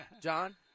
John